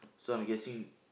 so I'm guessing